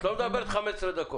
את לא מדברת 15 דקות.